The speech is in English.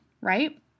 right